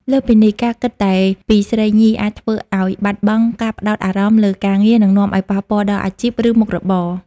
លើសពីនេះ ការគិតតែពីស្រីញី អាចធ្វើឱ្យបាត់បង់ការផ្ដោតអារម្មណ៍លើការងារ និងនាំឱ្យប៉ះពាល់ដល់អាជីព ឬមុខរបរ។